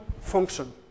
function